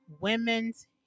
Women's